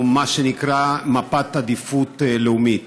או מה שנקרא מפת עדיפות לאומית.